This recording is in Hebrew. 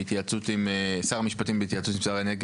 בהתייעצות עם שר האנרגיה,